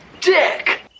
dick